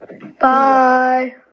Bye